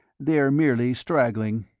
they are merely straggling.